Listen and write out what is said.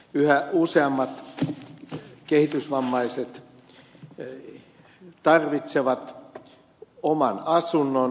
yhä useammat kehitysvammaiset tarvitsevat oman asunnon